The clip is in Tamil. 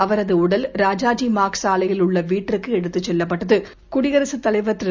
அவரதுஉடல்ராஜா ஜிமார்க்சாலையில்உள்ளவீட்டிற்குஎடுத்துசெல்லப்பட்டது குடியரசுதலைவர்திரு